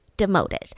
demoted